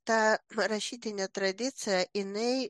ta rašytinė tradicija inai